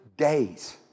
days